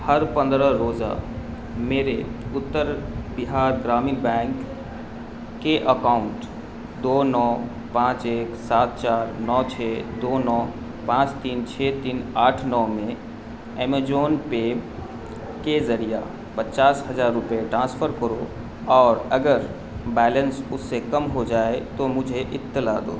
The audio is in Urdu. ہر پندرہ روزہ میرے اتر بہار گرامین بینک کے اکاونٹ دو نو پانچ ایک سات چار نو چھ دو نو پانچ تین چھ تین آٹھ نو میں امیجون پے کے ذریعہ پچاس ہزار روپئے ٹرانسفر کرو اور اگر بیلنس اس سے کم ہو جائے تو مجھے اطلاع دو